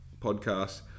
podcast